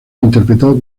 interpretó